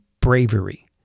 bravery